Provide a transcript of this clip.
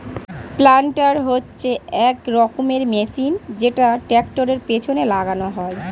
planter হচ্ছে এক রকমের মেশিন যেটা ট্র্যাক্টরের পেছনে লাগানো হয়